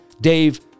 Dave